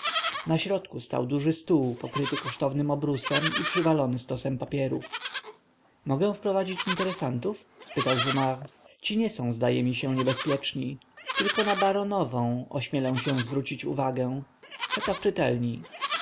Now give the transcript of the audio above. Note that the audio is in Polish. na środku stał duży stół pokryty kosztownym obrusem i przywalony stosem papierów mogę wprowadzić interesantów spytał jumart ci nie są zdaje mi się niebezpieczni tylko na baronową ośmielę się zwrócić uwagę czeka w czytelni